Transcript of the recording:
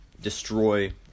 destroy